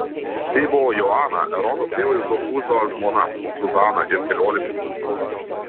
tai buvo joana erodo prievaizdo chūzo žmona zuzana ir keliolika kitų